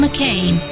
McCain